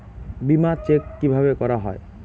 বিমা চেক কিভাবে করা হয়?